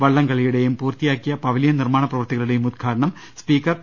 വള്ളംകളിയുടെയും പൂർത്തി യാക്കിയ പവലിയൻ നിർമാണ പ്രവൃത്തികളുടെയും ഉദ്ഘാ ടനം സ്പീക്കർ പി